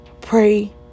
Pray